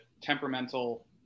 temperamental